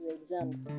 exams